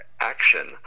action